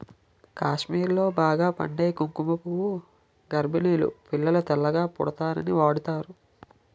కాశ్మీర్లో బాగా పండే కుంకుమ పువ్వు గర్భిణీలు పిల్లలు తెల్లగా పుడతారని వాడుతారు